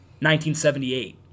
1978